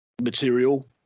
material